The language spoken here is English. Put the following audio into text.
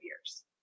years